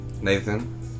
Nathan